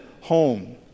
home